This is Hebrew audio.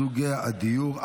סוגי הדיור),